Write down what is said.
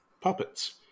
puppets